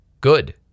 good